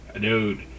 dude